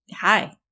hi